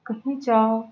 کہیں جاؤ